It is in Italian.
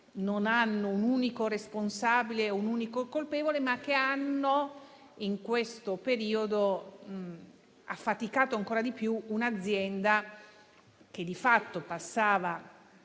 non hanno un unico responsabile o un unico colpevole, ma che hanno, in questo periodo, affaticato ancora di più un'azienda che, di fatto, passava